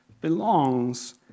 belongs